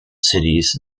cities